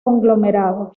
conglomerado